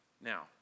Now